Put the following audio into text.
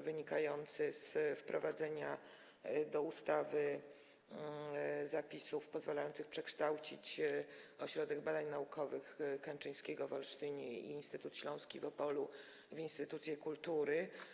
wynikający z wprowadzenia do ustawy zapisów pozwalających przekształcić Ośrodek Badań Naukowych im. Wojciecha Kętrzyńskiego w Olsztynie i Instytut Śląski w Opolu w instytucje kultury.